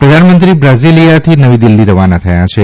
પ્રધાનમંત્રી બ્રાઝીલીયાથી નવી દિલ્ફી રવાના થયા છે